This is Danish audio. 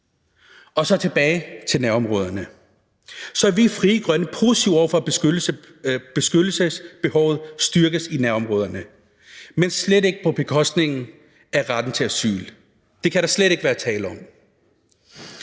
Så tilbage til nærområderne: I Frie Grønne er vi positive over for, at beskyttelsesbehovet styrkes i nærområderne, men slet ikke på bekostning af retten til asyl – det kan der slet ikke være tale om.